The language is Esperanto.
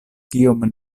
kiom